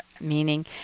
Meaning